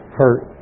hurt